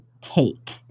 take